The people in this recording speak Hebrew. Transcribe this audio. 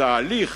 התהליך